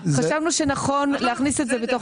חשבנו שנכון להכניס את זה בתוך החקיקה.